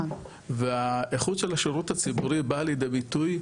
ואיכות השירות הציבורי בא לידי ביטוי,